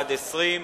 בעד, 20,